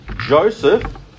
Joseph